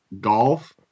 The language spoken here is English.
golf